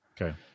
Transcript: Okay